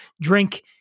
drink